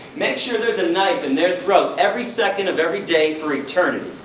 make sure there is a knife in their throat every second of every day for eternity.